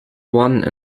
one